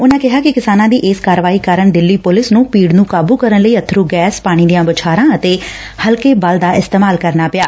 ਉਨ੍ਹਾ ਕਿਹਾ ਕਿ ਕਿਸਾਨਾਂ ਦੀ ਇਸ ਕਾਰਵਾਈ ਕਾਰਨ ਦਿੱਲੀ ਪੁਲਿਸ ਨ੍ਹੰ ਭੀੜ ਨ੍ਹੰ ਕਾਬੂ ਕਰਨ ਲਈ ਅੱਬਰੂ ਗੈਸ ਪਾਣੀ ਦੀਆਂ ਬੌਛਾਰਾ ਅਤੇ ਹਲਕੇ ਬਲ ਦਾ ਇਸਤੇਮਾਲ ਕਰਨਾ ਪਿਆ